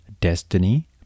destiny